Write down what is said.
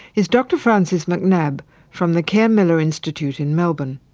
is dr francis macnab from the cairnmillar institute in melbourne.